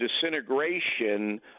disintegration